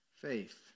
Faith